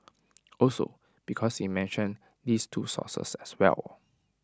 also because he mentioned these two sources as well